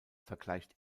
vergleicht